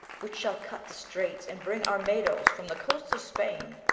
which shall cut the straits, and bring armadoes, from the coasts of spain,